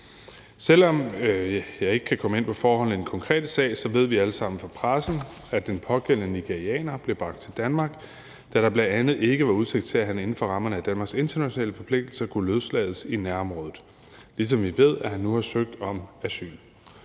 Selv om jeg ikke kan komme ind på forholdene i den konkrete sag, ved vi alle sammen fra pressen, at den pågældende nigerianer blev bragt til Danmark, da der bl.a. ikke var udsigt til, at han inden for rammerne af Danmarks internationale forpligtelser kunne løslades i nærområdet, ligesom vi ved, at han nu har søgt om asyl.